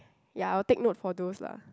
ya I will take note for those lah